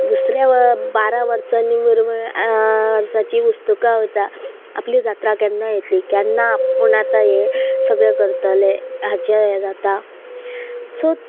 दुसऱ्या बारा वर्सांनी वर्साची उस्तकां उरता आपली जात्रा केन्ना येतली केन्ना आपूण आतां हे सगळे करतले हाचे हें जाता सो